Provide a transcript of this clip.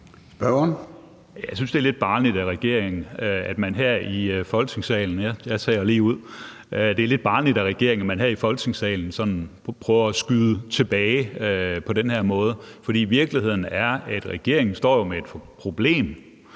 Jeg synes, det er lidt barnligt af regeringen, at man her i Folketingssalen – jeg taler ligeud – sådan prøver at skyde tilbage på den her måde. For virkeligheden er jo, at regeringen står med et problem,